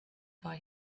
buy